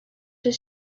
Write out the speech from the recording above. his